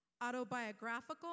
autobiographical